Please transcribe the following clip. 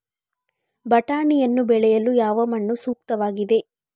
ಬಟಾಣಿಯನ್ನು ಬೆಳೆಯಲು ಯಾವ ಮಣ್ಣು ಸೂಕ್ತವಾಗಿದೆ?